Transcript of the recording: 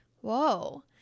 whoa